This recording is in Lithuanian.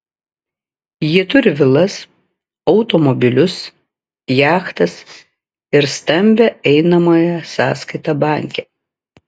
jie turi vilas automobilius jachtas ir stambią einamąją sąskaitą banke